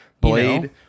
Blade